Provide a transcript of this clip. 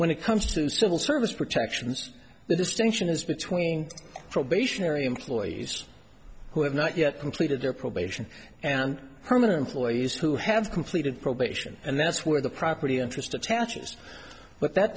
when it comes to civil service protections the distinction is between probationary employees who have not yet completed their probation and permanent employees who have completed probation and that's where the property interest attaches but that